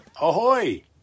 Ahoy